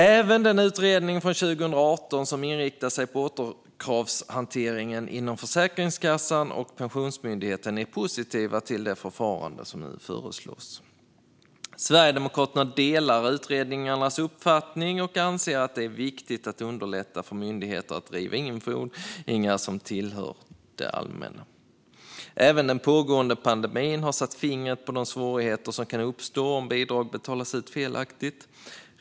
Även den utredning från 2018 som inriktade sig på återkravshanteringen inom Försäkringskassan och Pensionsmyndigheten är positiv till det förfarande som nu föreslås. Sverigedemokraterna delar utredningarnas uppfattning och anser att det är viktigt att underlätta för myndigheter att driva in fordringar som tillhör det allmänna. Även den pågående pandemin har satt fingret på de svårigheter som kan uppstå om bidrag betalas ut felaktigt.